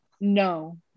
No